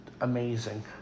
amazing